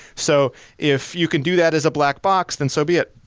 so if you can do that is a black box, then so be it.